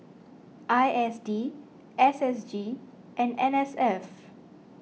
I S D S S G and N S F